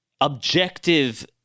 objective